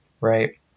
right